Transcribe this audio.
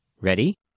Ready